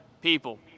people